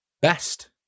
best